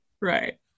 Right